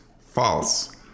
false